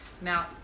Now